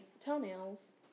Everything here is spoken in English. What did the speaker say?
toenails